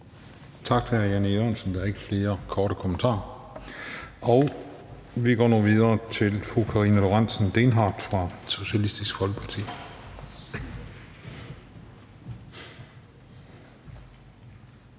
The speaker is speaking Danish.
Tak til hr. Jan E. Jørgensen. Der er ikke flere korte bemærkninger. Og vi går nu videre til fru Karina Lorentzen Dehnhardt fra Socialistisk Folkeparti.